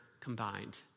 combined